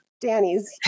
Danny's